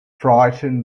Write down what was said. frightened